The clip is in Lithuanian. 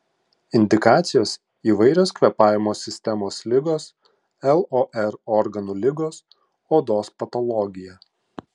indikacijos įvairios kvėpavimo sistemos ligos lor organų ligos odos patologija